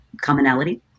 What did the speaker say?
commonality